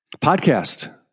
podcast